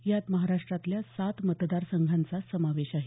यात महाराष्ट्रातल्या सात मतदारसंघांचा समावेश आहे